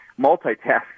multitasking